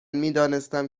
میدانستم